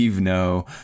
no